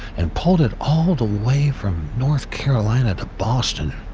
and pulled it all the way from north carolina to boston.